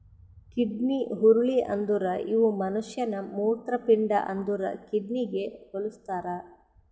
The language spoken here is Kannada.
ಕಿಡ್ನಿ ಹುರುಳಿ ಅಂದುರ್ ಇವು ಮನುಷ್ಯನ ಮೂತ್ರಪಿಂಡ ಅಂದುರ್ ಕಿಡ್ನಿಗ್ ಹೊಲುಸ್ತಾರ್